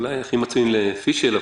אולי זה הכי מתאים לצבי פישל.